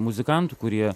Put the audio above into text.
muzikantų kurie